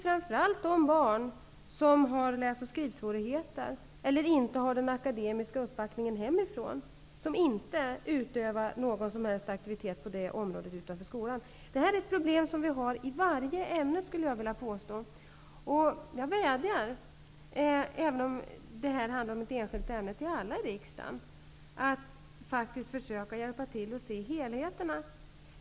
Framför allt är det de barn som har läs och skrivsvårigheter och de som inte har någon akademisk uppbackning hemifrån som inte utövar någon som helst aktivitet på det området utanför skolan. Jag skulle vilja påstå att det här är ett problem som finns inom varje ämne. Även om den här frågan handlar om ett enskilt ämne, vill jag nu vädja till alla i riksdagen att faktiskt försöka hjälpa till att se helheten.